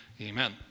Amen